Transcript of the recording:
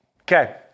Okay